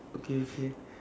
okay okay